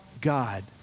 God